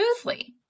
smoothly